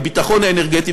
הביטחון האנרגטי,